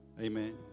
Amen